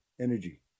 Energy